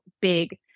big